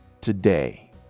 today